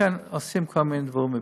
יש כל מיני דברים בפעילות,